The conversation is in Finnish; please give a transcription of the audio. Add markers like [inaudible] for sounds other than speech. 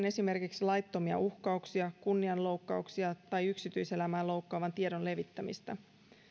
[unintelligible] esimerkiksi laittomia uhkauksia kunnianloukkauksia tai yksityiselämää loukkaavan tiedon levittämistä